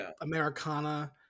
Americana